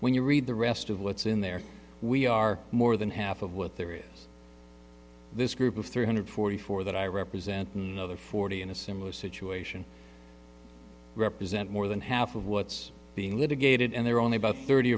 when you read the rest of what's in there we are more than half of what there is this group of three hundred forty four that i represent another forty in a similar situation represent more than half of what's being litigated and there are only about thirty